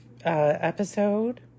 episode